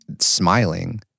smiling